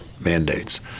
mandates